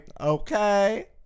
Okay